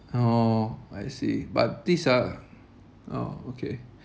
orh I see but these are orh okay